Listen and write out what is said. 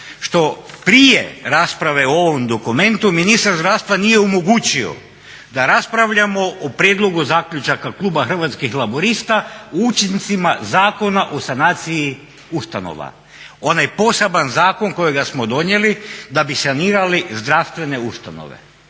što prije rasprave o ovom dokumentu ministar zdravstva nije omogućio da raspravljamo o prijedlogu zaključaka kluba Hrvatskih laburista o učincima Zakona o sanaciji ustanova, onaj poseban zakon kojega smo donijeli da bi sanirali zdravstvene ustanove.